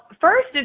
first